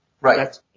Right